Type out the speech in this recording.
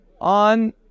on